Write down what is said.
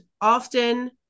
often